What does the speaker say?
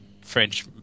French